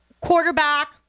quarterback